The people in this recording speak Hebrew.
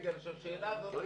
בגלל שהשאלה הזאת,